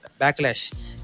backlash